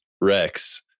rex